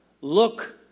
Look